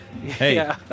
Hey